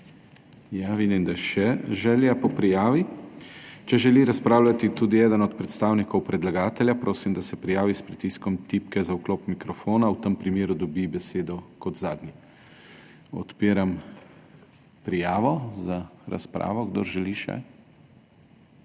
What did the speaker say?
Vidim, da je še želja po prijavi. Če želi razpravljati tudi eden od predstavnikov predlagatelja, prosim, da se prijavi s pritiskom tipke za vklop mikrofona, v tem primeru dobi besedo kot zadnji. Odpiram prijavo za razpravo, kdor še